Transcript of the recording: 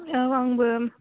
औ आंबो